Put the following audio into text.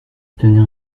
tenait